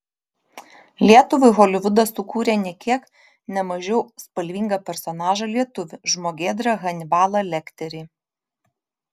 lietuvai holivudas sukūrė nė kiek ne mažiau spalvingą personažą lietuvį žmogėdrą hanibalą lekterį